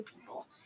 people